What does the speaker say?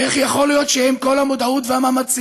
איך יכול להיות שעם כל המודעות והמאמצים